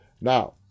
Now